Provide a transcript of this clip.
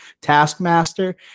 Taskmaster